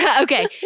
Okay